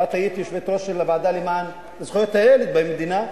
ואת היית יושבת-ראש הוועדה למען זכויות הילד במדינה,